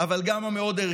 אבל גם המאוד-ערכי,